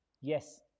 Yes